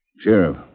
Sheriff